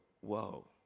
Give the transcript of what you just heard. whoa